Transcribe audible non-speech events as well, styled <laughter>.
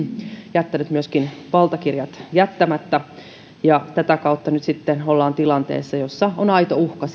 jättänyt myöskin valtakirjat jättämättä ja tätä kautta nyt sitten ollaan tilanteessa jossa on aito uhka <unintelligible>